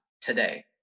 today